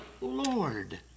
Lord